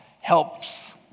helps